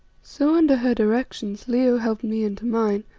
so under her directions leo helped me into mine,